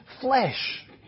flesh